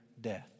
death